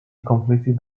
completed